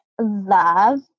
love